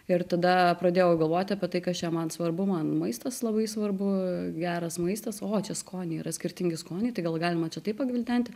ir tada pradėjau galvot apie tai kas čia man svarbu man maistas labai svarbu geras maistas o čia skoniai yra skirtingi skoniai tai gal galima čia tai pagvildenti